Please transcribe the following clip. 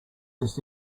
this